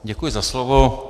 Děkuji za slovo.